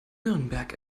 nürnberg